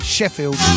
Sheffield